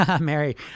mary